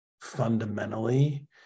fundamentally